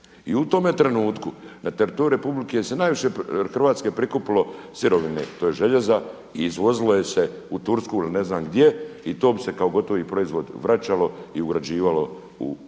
i u tome trenutku na teritoriju Republike Hrvatske se najviše prikupilo sirovine tj. željela i izvozilo se u Tursku ili ne znam gdje i to bi se kao gotovi proizvod vraćalo i ugrađivalo u naše